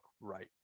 right